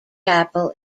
chapel